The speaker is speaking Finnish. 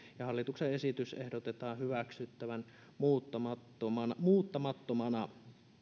ja hallituksen esitys ehdotetaan hyväksyttävän muuttamattomana muuttamattomana